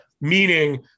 meaning